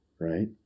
right